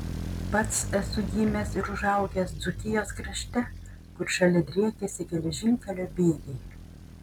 pats esu gimęs ir užaugęs dzūkijos krašte kur šalia driekėsi geležinkelio bėgiai